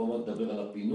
ועוד מעט נדבר על הפינוי,